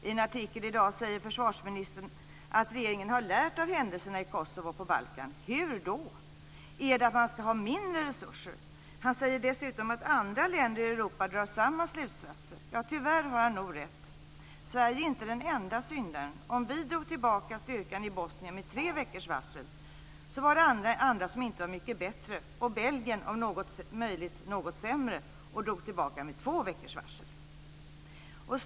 I en artikel i dag skriver försvarsministern att regeringen har lärt av händelserna i Kosovo och på Balkan. Hur då? Är det att man ska ha mindre resurser? Han säger dessutom att andra länder i Europa drar samma slutsatser. Tyvärr har han nog rätt. Sverige är inte den enda syndaren. Vi drog tillbaka styrkan i Bosnien med tre veckors varsel, men det var andra som inte var mycket bättre. Belgien var om möjligt något sämre och drog sig tillbaka med två veckors varsel.